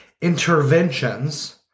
interventions